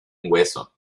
hueso